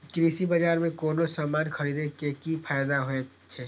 कृषि बाजार में कोनो सामान खरीदे के कि फायदा होयत छै?